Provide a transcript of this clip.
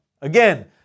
Again